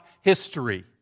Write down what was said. history